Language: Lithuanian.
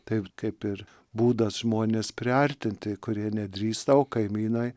taip kaip ir būdas žmones priartinti kurie nedrįsta kaimynai